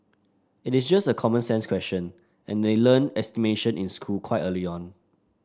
it is just a common sense question and they learn estimation in school quite early on